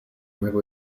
nuevo